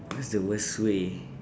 what's the worst way